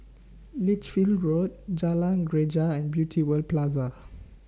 Lichfield Road Jalan Greja and Beauty World Plaza